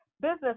business